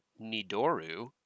Nidoru